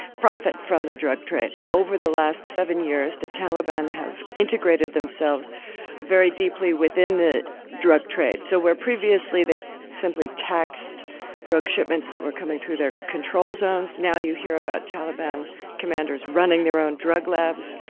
profit from the drug trade. over the last seven years the taliban have integrated themselves very deeply within the drug trade, so where previously they simply taxed drug shipments that were coming through their control zones, zones, now you hear about taliban commanders running their own drug labs,